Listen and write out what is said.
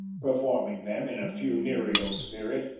performing them in a funereal spirit,